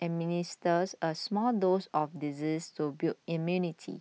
administers a small dose of the disease to build immunity